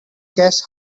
guess